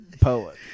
poet